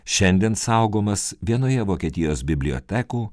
šiandien saugomas vienoje vokietijos bibliotekų